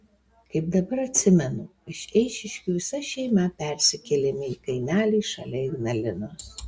kaip dabar atsimenu iš eišiškių visa šeima persikėlėme į kaimelį šalia ignalinos